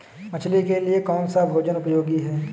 मछली के लिए कौन सा भोजन उपयोगी है?